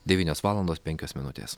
devynios valandos penkios minutės